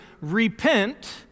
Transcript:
repent